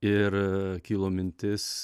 ir kilo mintis